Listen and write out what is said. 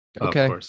Okay